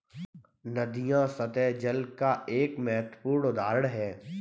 नदियां सत्तह जल का एक महत्वपूर्ण उदाहरण है